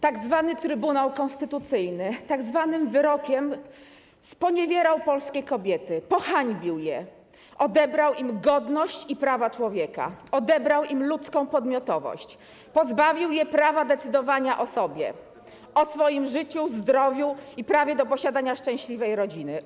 Tak zwany Trybunał Konstytucyjny tzw. wyrokiem sponiewierał polskie kobiety, pohańbił je, odebrał im godność i prawa człowieka, odebrał im ludzką podmiotowość, pozbawił je prawa do decydowania o sobie, o swoim życiu, zdrowiu i prawie do posiadania szczęśliwej rodziny.